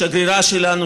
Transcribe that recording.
השגרירה שלנו,